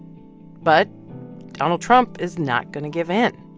but donald trump is not going to give in.